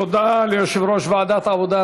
תודה ליושב-ראש ועדת העבודה,